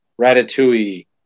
Ratatouille